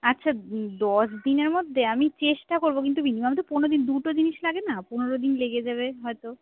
আচ্ছা দশ দিনের মধ্যে আমি চেষ্টা করব কিন্তু মিনিমাম তো পনেরো দিন দুটো জিনিস লাগে না পনেরো দিন লেগে যাবে হয়তো